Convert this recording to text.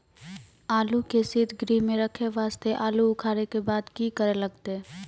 आलू के सीतगृह मे रखे वास्ते आलू उखारे के बाद की करे लगतै?